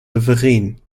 souverän